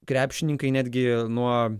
krepšininkai netgi nuo